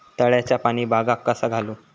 तळ्याचा पाणी बागाक कसा घालू?